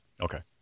Okay